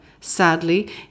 sadly